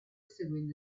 seguendo